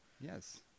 Yes